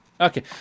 Okay